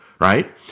right